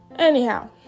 Anyhow